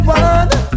one